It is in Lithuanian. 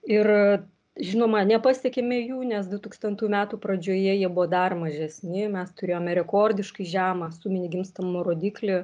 ir žinoma nepasiekėme jų nes du tūkstantų metų pradžioje jie buvo dar mažesni mes turėjome rekordiškai žemą suminį gimstamumo rodiklį